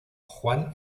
juan